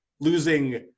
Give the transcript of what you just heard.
losing